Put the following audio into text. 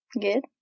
Good